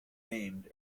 named